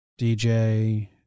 DJ